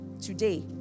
today